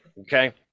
okay